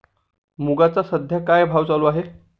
मुगाचा सध्या काय भाव चालू आहे?